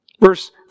Verse